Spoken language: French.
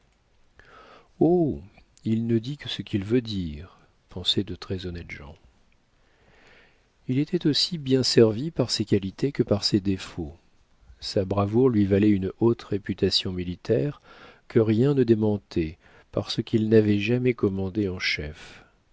il ne dit que ce qu'il veut dire pensaient de très honnêtes gens il était aussi bien servi par ses qualités que par ses défauts sa bravoure lui valait une haute réputation militaire que rien ne démentait parce qu'il n'avait jamais commandé en chef